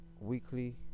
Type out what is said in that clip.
weekly